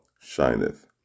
shineth